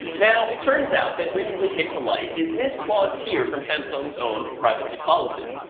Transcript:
now, it turns out that recently came to light is this clause here from samsung's own privacy policy.